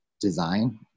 design